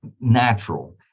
natural